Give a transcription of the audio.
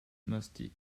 musty